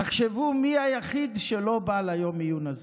תחשבו מי היחיד שלא בא ליום העיון הזה: